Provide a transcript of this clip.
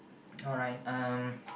alright um